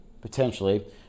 potentially